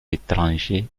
étrangers